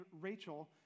Rachel